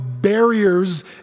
barriers